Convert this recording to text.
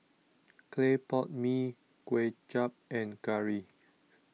Clay Pot Mee Kway Chap and Curry